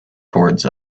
towards